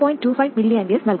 25 mA നൽകും